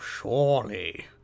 surely